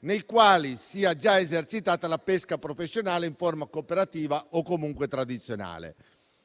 nei quali sia già esercitata la pesca professionale in forma cooperativa o comunque tradizionale.